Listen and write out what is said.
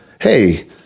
Hey